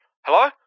Hello